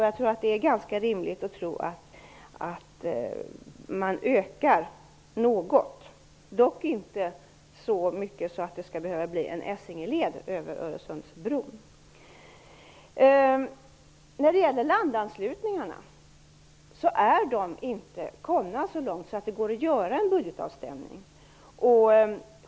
Jag tror det är ganska rimligt att anta att det blir en viss ökning, dock inte så mycket att det behöver bli en Essingeled över Öresundsbron. När det gäller landanslutningarna har man inte kommit så långt att det går att göra en budgetavstämning.